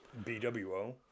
BWO